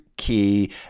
key